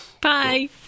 bye